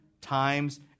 times